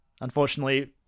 unfortunately